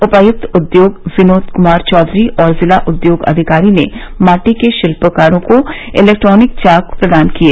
उपायुक्त उद्योग विनोद क्मार चौधरी और जिला उद्योग अधिकारी ने माटी के शिल्पकारों को इलेक्ट्रॉनिक चाक प्रदान किए